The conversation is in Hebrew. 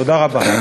תודה רבה.